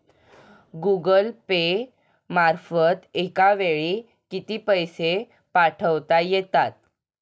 Google Pay मार्फत एका वेळी किती पैसे पाठवता येतात?